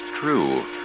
true